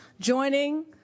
Joining